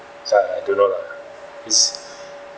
so I don't know lah it's